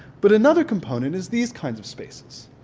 but another component is these kinds of spaces.